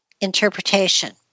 interpretation